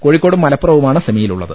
കോഴിക്കോടും മലപ്പു റവുമാണ് സെമിയിലുള്ളത്